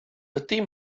ydy